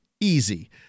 easy